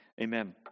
amen